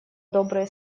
добрые